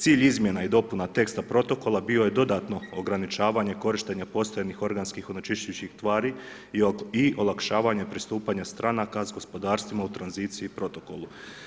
Cilj izmjena i dopuna teksta protokola bio je dodatno ograničavanje korištenja postojanih organskih onečišćujućih tvari i olakšavanje pristupanja stranaka s gospodarstvima u tranziciji protokolu.